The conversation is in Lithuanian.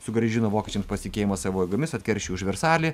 sugrąžino vokiečiams pasitikėjimą savo jėgomis atkeršijo už versalį